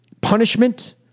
punishment